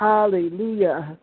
Hallelujah